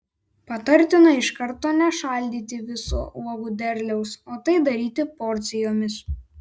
patartina iš karto nešaldyti viso uogų derliaus o tai daryti porcijomis